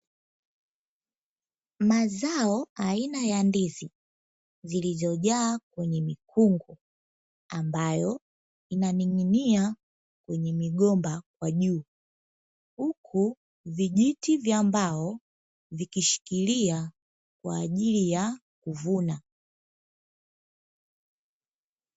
Mazao aina ya ndizi zilizojaa kwenye mikungu ambayo inaning’inia kwenye migomba kwa juu, huku vijiti vya mbao vikishikilia kwa ajili ya kuvuna.